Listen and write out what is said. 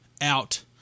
out